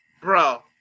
Bro